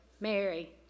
Mary